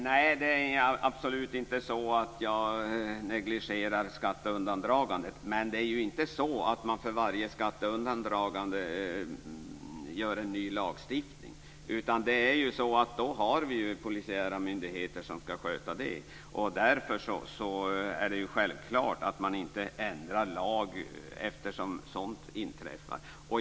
Fru talman! Nej, jag negligerar absolut inte skatteundandragandet. Men det är ju inte så att man för varje skatteundandragande gör en ny lagstiftning. Vi har ju polisiära myndigheter som skall sköta det här. Därför är det självklart att man inte ändrar lagen eftersom sådant inträffar.